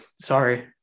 sorry